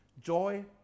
joy